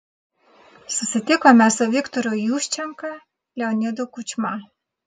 susitikome su viktoru juščenka leonidu kučma